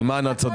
אימאן, את צודקת.